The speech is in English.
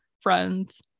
friends